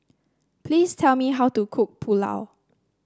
please tell me how to cook Pulao